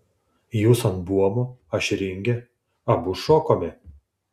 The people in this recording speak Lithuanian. jūs ant buomo aš ringe abu šokome